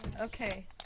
Okay